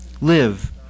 Live